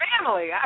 family